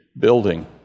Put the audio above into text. building